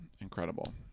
Incredible